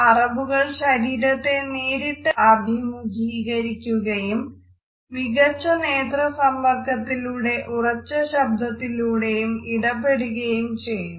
അറബുകൾ ശരീരത്തെ നേരിട്ട് അഭിമുഖീകരിക്കുകയും മികച്ച നേത്ര സമ്പർക്കത്തിലൂടെയും ഉറച്ച ശബ്ദത്തിലൂടെയും ഇടപെടുകയും ചെയ്യുന്നു